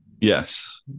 Yes